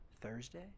Thursday